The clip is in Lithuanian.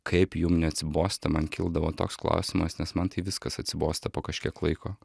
kaip jum neatsibosta man kildavo toks klausimas nes man tai viskas atsibosta po kažkiek laiko